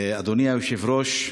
אדוני היושב-ראש,